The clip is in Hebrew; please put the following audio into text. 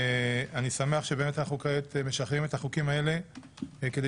אני שמח שאנחנו משחררים את החוקים האלה כדי